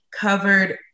covered